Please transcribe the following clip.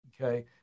okay